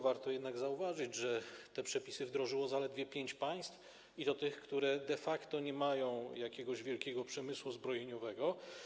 Warto jednak zauważyć, że te przepisy wdrożyło zaledwie pięć państw, i to tych, które de facto nie mają jakiegoś wielkiego przemysłu zbrojeniowego.